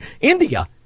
India